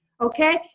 Okay